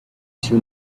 two